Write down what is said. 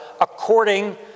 according